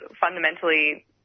fundamentally